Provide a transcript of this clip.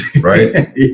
right